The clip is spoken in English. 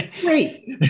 great